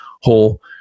whole